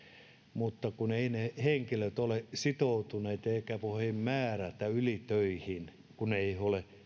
mutta kun eivät ne henkilöt ole sitoutuneita eikä heitä voida määrätä ylitöihin kun he eivät ole